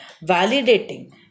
validating